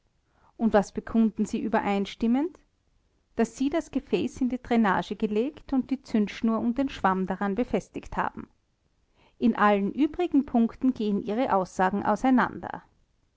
und was bekunden sie übereinstimmend daß sie das gefäß in die dränage gelegt und die zündschnur und den schwamm daran befestigt haben in allen übrigen punkten gehen ihre aussagen auseinander